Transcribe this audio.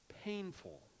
painful